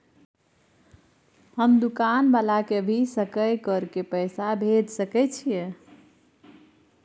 हम दुकान वाला के भी सकय कर के पैसा भेज सके छीयै?